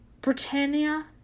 Britannia